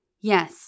Yes